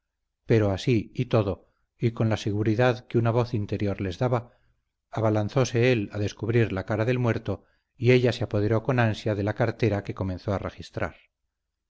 pero así y todo y con la seguridad que una voz interior les daba abalanzóse él a descubrir la cara del muerto y ella se apoderó con ansia de la cartera que comenzó a registrar